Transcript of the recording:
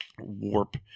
warp